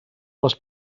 les